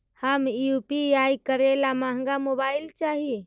हम यु.पी.आई करे ला महंगा मोबाईल चाही?